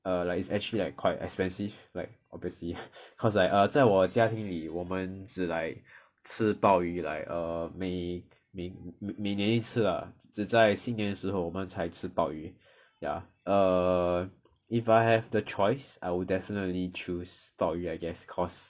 err like it's actually like quite expensive like obviously cause like err 在我家庭里我们是 like 吃鲍鱼 like err 每每每年一次啦只在新年的时侯我们才吃鲍鱼 ya err if I have the choice I will definitely choose 鲍鱼 I guess cause